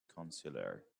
counselor